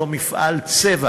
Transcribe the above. אותו מפעל צבע